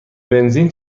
بنزین